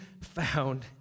found